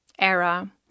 era